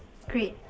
great